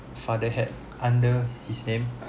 father had under his name